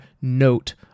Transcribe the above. note